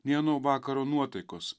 nei ano vakaro nuotaikos